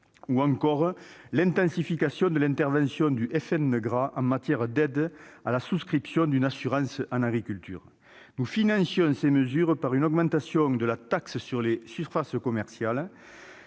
ou encore l'intensification de l'intervention du FNGRA en matière d'aides à la souscription d'une assurance en agriculture. Nous financions ces mesures par une augmentation de la taxe sur les surfaces commerciales